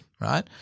right